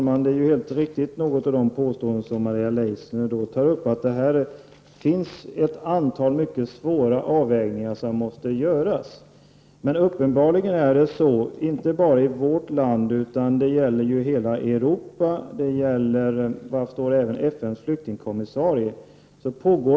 Herr talman! Några av de påståenden som Mari Leissner gör är helt riktiga. Det finns ett antal mycket svåra avvägningar som måste göras. Men uppenbarligen pågår det i dag en diskussion om vad man skall lägga in i begreppet flykting och hur man skall definiera flyktingbegreppet.